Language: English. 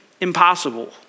impossible